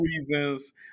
reasons